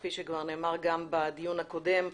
כפי שנאמר גם בדיון הקודם,